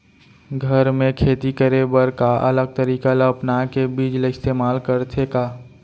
घर मे खेती करे बर का अलग तरीका ला अपना के बीज ला इस्तेमाल करथें का?